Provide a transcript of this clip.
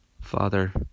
Father